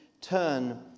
turn